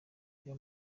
reba